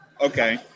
Okay